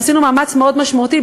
עשינו מאמץ מאוד משמעותי,